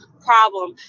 problem